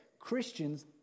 Christians